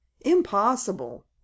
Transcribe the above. impossible